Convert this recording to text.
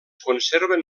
conserven